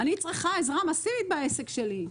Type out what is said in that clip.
אני צריכה עזרה מסיבית בעסק שלי,